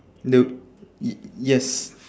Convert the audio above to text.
the y~ yes